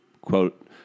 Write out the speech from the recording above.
quote